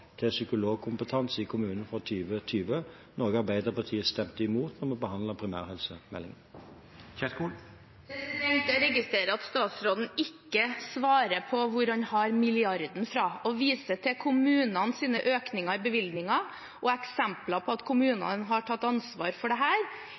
til psykologkompetanse i kommunene fra 2020, noe Arbeiderpartiet stemte imot da vi behandlet primærhelsemeldingen. Jeg registrerer at statsråden ikke svarer på hvor han har milliarden fra. Å vise til kommunenes økninger i bevilgninger og eksempler på at